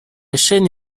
chaîne